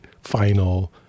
final